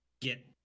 get